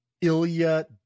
Ilya